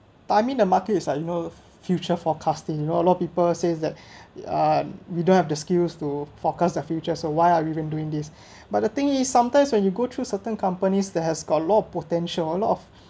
timing the market is like you know future forecasting you know a lot of people says that uh we don't have the skills to forecast the future so why are even doing this but the thing is sometimes when you go through certain companies that has got a lot of potential a lot of